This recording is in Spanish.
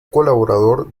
colaborador